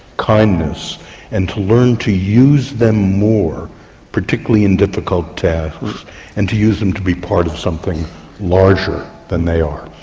kindness and to learn to use them more particularly in difficult tasks and to use them to be part of something larger than they are.